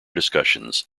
discussions